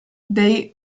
dei